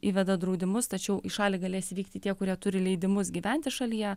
įveda draudimus tačiau į šalį galės įvykti tie kurie turi leidimus gyventi šalyje